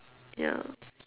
ya